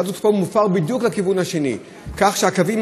הסטטוס קוו מופר בדיוק לכיוון השני כך שהאוטובוסים